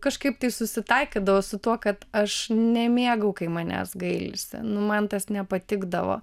kažkaip tai susitaikydavo su tuo kad aš nemėgau kai manęs gailisi nu man tas nepatikdavo